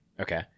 Okay